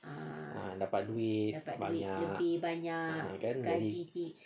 ah dapat duit banyak kan gaji